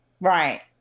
Right